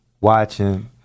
watching